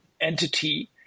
entity –